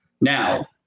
Now